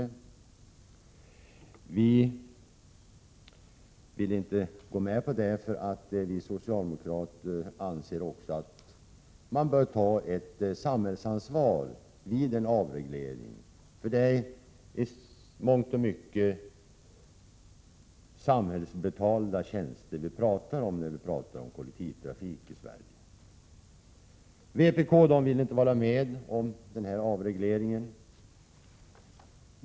Vi socialdemokrater vill inte gå med på det, eftersom vi anser att man bör ta ett samhällsansvar vid en avreglering. Kollektivtrafiken i Sverige innefattar ju i mångt och mycket av samhället betalda tjänster. Vpk vill inte vara med om avregleringen.